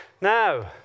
Now